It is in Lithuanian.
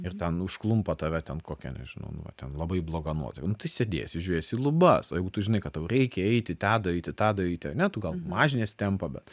ir ten užklumpa tave ten kokia nežinau nu va ten labai bloga nuotaika tai sėdėsi žiūrėti į lubas o jeigu tu žinai kad tau reikia eiti tą daryti tą daryti ane tu gal mažinies tempą bet